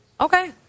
okay